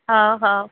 हा हा